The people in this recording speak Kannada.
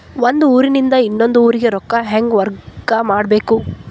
ಒಂದ್ ಊರಿಂದ ಇನ್ನೊಂದ ಊರಿಗೆ ರೊಕ್ಕಾ ಹೆಂಗ್ ವರ್ಗಾ ಮಾಡ್ಬೇಕು?